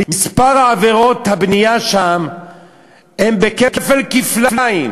מספר עבירות הבנייה שם הוא כפל-כפליים,